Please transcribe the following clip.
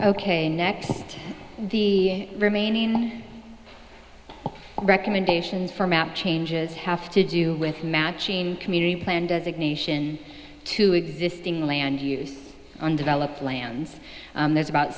ok next to the remaining recommendations for map changes have to do with matching community plan designation to existing land use undeveloped lands there's about